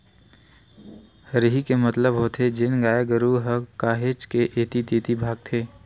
हरही के मतलब होथे जेन गाय गरु ह काहेच के ऐती तेती भागथे